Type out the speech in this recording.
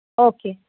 okay